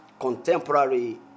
contemporary